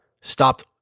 stopped